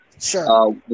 Sure